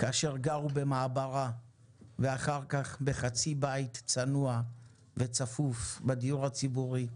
כאשר גרו במעברה ואחר כך בחצי בית צנוע וצפוף בדיור הציבורי.